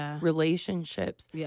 relationships